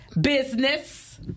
Business